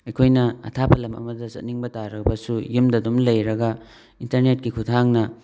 ꯑꯩꯈꯣꯏꯅ ꯑꯊꯥꯞꯄ ꯂꯃ ꯑꯃꯗ ꯆꯠꯅꯤꯡꯕ ꯇꯥꯔꯕꯁꯨ ꯌꯨꯝꯗ ꯑꯗꯨꯝ ꯂꯩꯔꯒ ꯏꯟꯇꯔꯅꯦꯠꯀꯤ ꯈꯨꯠꯊꯥꯡꯅ